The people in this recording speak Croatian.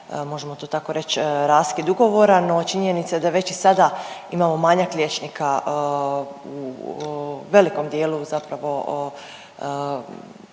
možemo to tako reć raskid ugovora, no činjenica je da je već i sada imamo manjak liječnika u velikom dijelu